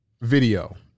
Video